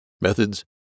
methods